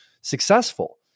successful